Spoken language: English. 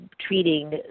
treating